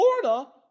Florida